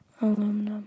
Aluminum